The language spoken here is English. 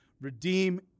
Redeem